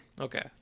Okay